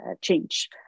change